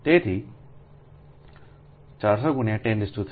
તેથી તે છે 4001038760 45